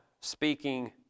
speaking